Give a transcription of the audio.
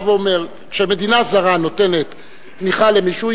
ואומר שכשמדינה זרה נותנת תמיכה למישהו,